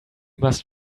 must